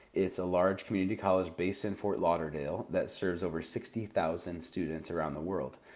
it's a large community college based in fort lauderdale that serves over sixty thousand students around the world.